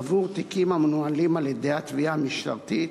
עבור תיקים המנוהלים על-ידי התביעה המשטרתית,